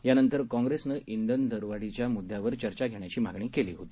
यांनंतर काँग्रेसनं इंधन दरवाढीच्या मुद्यावर चर्चा घेण्याची मागणी केली होती